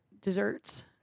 desserts